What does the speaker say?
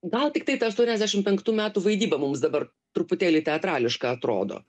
gal tiktai ta aštuoniasdešimt penktų metų vaidyba mums dabar truputėlį teatrališka atrodo